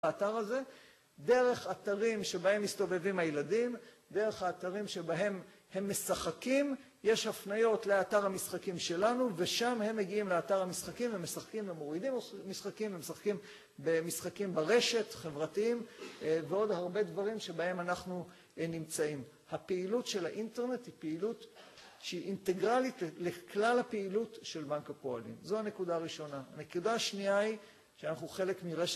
באתר הזה. דרך אתרים שבהם מסתובבים הילדים, דרך האתרים שבהם הם משחקים, יש הפניות לאתר המשחקים שלנו ושם הם מגיעים לאתר המשחקים, הם משחקים ומורידים משחקים, הם משחקים במשחקים ברשת, חברתיים, ועוד הרבה דברים שבהם אנחנו נמצאים. הפעילות של האינטרנט היא פעילות שהיא אינטגרלית לכלל הפעילות של בנק הפועלים. זו הנקודה הראשונה. הנקודה השנייה היא שאנחנו חלק מרשת...